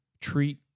treat